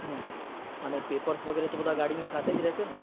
હમ્મ papers વગેરે બધા તો ગાડીની સાથે જ રહેશે ને